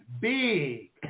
big